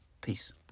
Peace